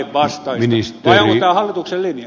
vai onko tämä hallituksen linja